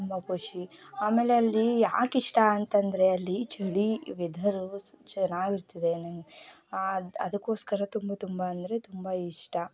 ತುಂಬ ಖುಷಿ ಆಮೇಲೆ ಅಲ್ಲಿ ಯಾಕಿಷ್ಟ ಅಂತಂದರೆ ಅಲ್ಲಿ ಚಳಿ ವೆಧರೂ ಚೆನ್ನಾಗಿರ್ತದೆ ನಂಗೆ ಹಾಂ ಅದು ಅದಕ್ಕೋಸ್ಕರ ತುಂಬ ತುಂಬ ಅಂದರೆ ತುಂಬ ಇಷ್ಟ